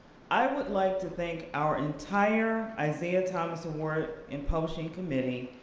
i would like to thank our entire isaiah thomas award in publishing committee,